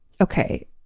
Okay